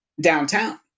downtown